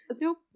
Nope